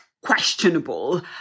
questionable